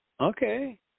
Okay